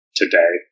today